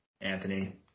Anthony